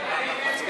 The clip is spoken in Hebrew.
להסיר